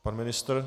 Pan ministr?